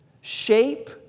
shape